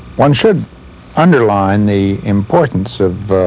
one should underline the importance of